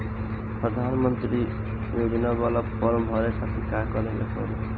प्रधानमंत्री योजना बाला फर्म बड़े खाति का का करे के पड़ी?